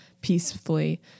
peacefully